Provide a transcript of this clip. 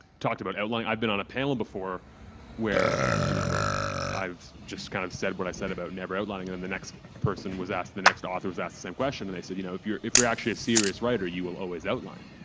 talked about outline. i've been on a panel before where you know i just kind of said what i said about never outlining, and the next person was asked, the next author was asked the same question. and they said, you know if you're if you're actually a serious writer you will always outline.